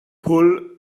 pull